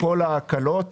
כל ההקלות